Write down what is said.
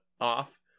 off